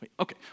Okay